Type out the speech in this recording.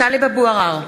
(קוראת בשמות חברי הכנסת) טלב אבו עראר,